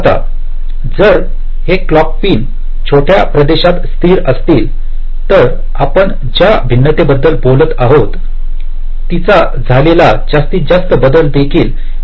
आता जर हे क्लॉक पिन छोट्या प्रदेशात स्थित असतील तर आपण ज्या भिन्नतेबद्दल बोलत आहोत तिचा झालेला जास्तीत जास्त बदल देखील नियंत्रित केली जाऊ शकतो